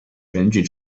选举